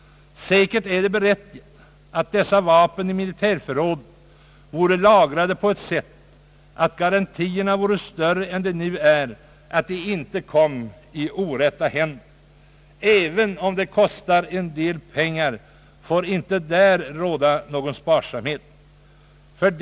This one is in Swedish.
Det är angeläget att dessa i militärförråden lagrade vapen förvaras på ett sådant sätt, att det föreligger större garantier än nu för att de inte kommer i orätta händer. Även om detta skulle kosta en del pengar, får inte någon överdriven sparsamhet iakttas.